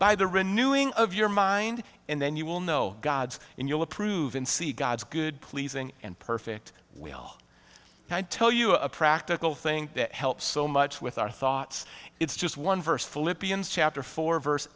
by the renewing of your mind and then you will know gods and you'll approve in see god's good pleasing and perfect will tell you a practical thing that helps so much with our thoughts it's just one verse philippians chapter four vers